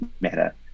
matter